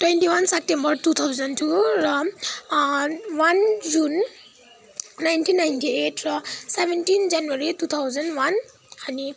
twenty-one September two thousand two र one June nineteen ninety eight र seventeen January two thousand one अनि